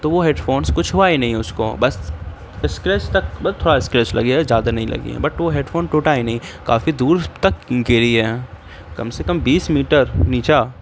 تو وہ headphones کچھ ہوا ہی نہیں اس کو بس اسکریچ تک بس تھوڑا اسکریچ لگی ہے زیادہ نہیں لگی ہے بٹ وہ ہیڈ فون ٹوٹا ہی نہیں کافی دور تک گری ہیں کم سے کم بیس میٹر نیچے